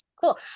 Cool